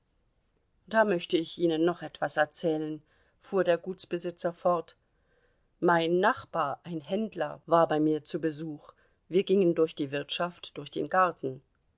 da möchte ich ihnen noch etwas erzählen fuhr der gutsbesitzer fort mein nachbar ein händler war bei mir zu besuch wir gingen durch die wirtschaft durch den garten